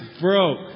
broke